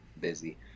busy